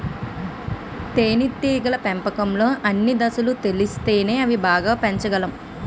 తేనేటీగల పెంపకంలో అన్ని దశలు తెలిస్తేనే అవి బాగా పెంచగలుతాము